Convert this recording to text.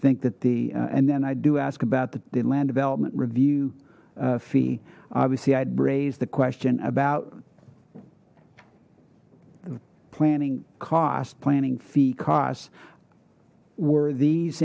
think that the and then i do ask about the land development review fee obviously i'd raised the question about planning cost planning fee costs were these